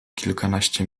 kilkanaście